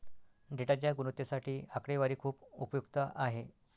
डेटाच्या गुणवत्तेसाठी आकडेवारी खूप उपयुक्त आहे